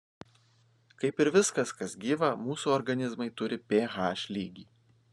kaip ir viskas kas gyva mūsų organizmai turi ph lygį